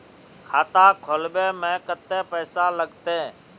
खाता खोलबे में कते पैसा लगते?